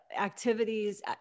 activities